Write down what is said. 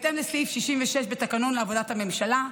בהתאם לסעיף 66 בתקנון עבודת הממשלה,